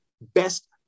best